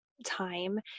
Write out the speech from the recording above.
time